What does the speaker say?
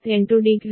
4420